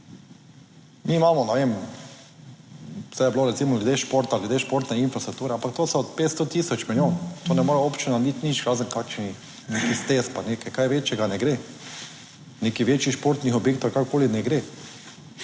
Mi imamo, ne vem, saj je bilo recimo glede športa, glede športne infrastrukture, ampak to so od 500 tisoč milijonov, to ne more občina niti nič, razen kakšnih nekih stez pa nekaj kaj večjega, ne gre, nekih večjih športnih objektov, karkoli, ne gre,